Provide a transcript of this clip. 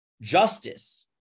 justice